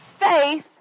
faith